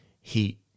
heat